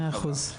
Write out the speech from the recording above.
מאה אחוז.